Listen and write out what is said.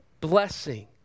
blessing